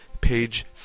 page